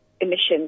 emissions